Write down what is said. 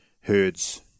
herds